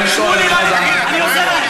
שמולי, חבר הכנסת חזן, תודה.